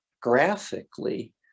graphically